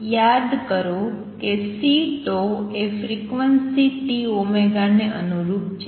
યાદ કરો C એ ફ્રિક્વન્સી τω ને અનુરૂપ છે